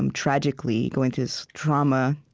um tragically going through this trauma.